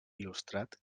il·lustrat